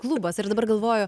klubas ir dabar galvoju